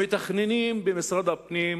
המתכננים במשרד הפנים,